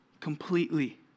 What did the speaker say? Completely